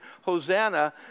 Hosanna